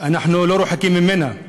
אנחנו לא רחוקים ממנה.